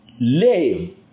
Lame